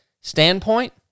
standpoint